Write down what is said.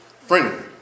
friendly